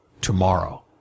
tomorrow